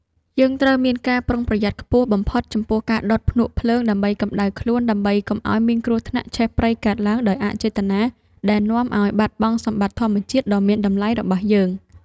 យើងត្រូវមានការប្រុងប្រយ័ត្នខ្ពស់បំផុតចំពោះការដុតភ្នក់ភ្លើងដើម្បីកម្ដៅខ្លួនដើម្បីកុំឱ្យមានគ្រោះថ្នាក់ឆេះព្រៃកើតឡើងដោយអចេតនាដែលនាំឱ្យបាត់បង់សម្បត្តិធម្មជាតិដ៏មានតម្លៃរបស់យើង។